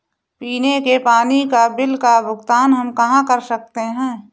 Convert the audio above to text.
पीने के पानी का बिल का भुगतान हम कहाँ कर सकते हैं?